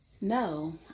No